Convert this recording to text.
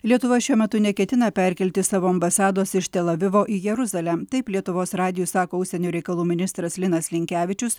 lietuva šiuo metu neketina perkelti savo ambasados iš tel avivo į jeruzalę taip lietuvos radijui sako užsienio reikalų ministras linas linkevičius